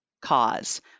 cause